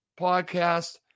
podcast